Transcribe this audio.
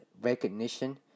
recognition